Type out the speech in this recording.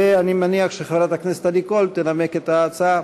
ואני מניח שחברת הכנסת עדי קול תנמק את ההצעה.